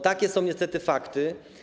Takie są niestety fakty.